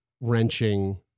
wrenching